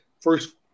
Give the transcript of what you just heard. first